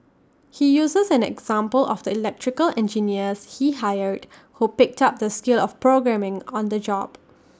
he uses an example of the electrical engineers he hired who picked up the skill of programming on the job